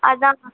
அதாம்மா